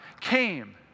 came